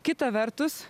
kita vertus